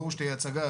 ברור שתהיה הצגה,